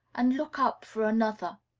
and look up for another.